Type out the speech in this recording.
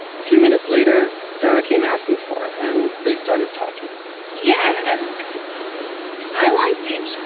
a few minutes later, sarah came asking for it and they started talking yeah and i liked him,